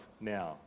now